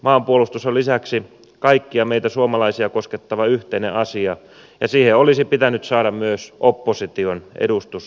maanpuolustus on lisäksi kaikkia meitä suomalaisia koskettava yhteinen asia ja siihen olisi pitänyt saada myös opposition edustus mukaan